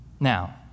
Now